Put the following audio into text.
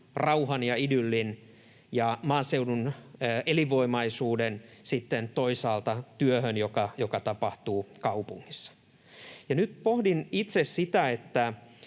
rauhan ja idyllin ja maaseudun elinvoimaisuuden toisaalta työhön, joka tapahtuu kaupungissa. Nyt pohdin itse sitä,